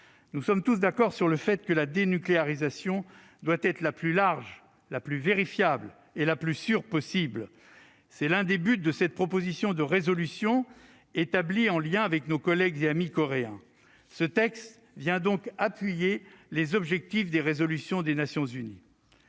Nous sommes tous d'accord sur le fait que cette dénucléarisation doit être la plus large, la plus vérifiable et la plus sûre possible. C'est l'un des buts de cette proposition de résolution, telle que nous l'avons rédigée en lien avec nos collègues et amis coréens. Ce texte vient donc appuyer les objectifs des résolutions des Nations unies.